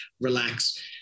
Relax